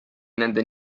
nende